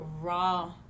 raw